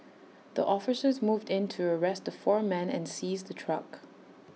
the officers moved in to arrest the four men and seize the truck